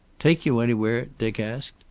take you anywhere? dick asked.